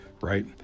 Right